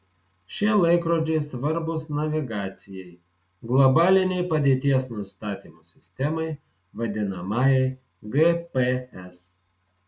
šie laikrodžiai svarbūs navigacijai globalinei padėties nustatymo sistemai vadinamajai gps